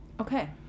Okay